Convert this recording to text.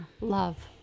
Love